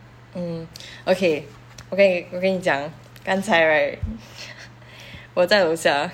um okay 我跟我跟你讲 ah 刚才 right 我在楼下